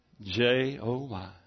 J-O-Y